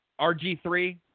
RG3